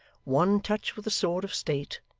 one touch with a sword of state,